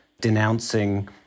denouncing